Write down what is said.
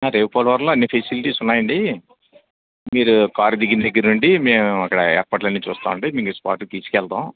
రేవులపాలెంలో అన్ని ఫెసిలిటీస్ ఉన్నాయి అండి మీరు కారు దిగిన దగ్గర నుండి మేము అక్కడ ఏర్పాట్లు అన్నీ చూస్తాం అండి మిమల్ని ఈ స్పాట్కి తీసుకు వెళతాం